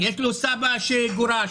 ארגון של קצינים במילואים שפועלים,